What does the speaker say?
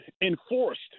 enforced